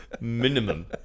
Minimum